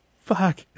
Fuck